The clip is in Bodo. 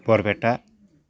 बरपेटा